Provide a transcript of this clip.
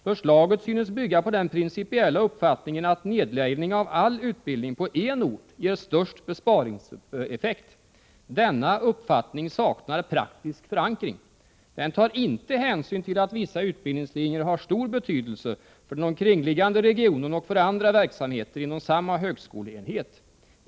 Förslaget synes bygga på den principiella uppfattningen att nedläggning av all utbildning på en ort ger störst besparingseffekt. Denna uppfattning saknar praktisk förankring. Den tar inte hänsyn till att vissa utbildningslinjer har stor betydelse för den omkringliggande regionen och för andra verksamheter inom samma högskoleenhet.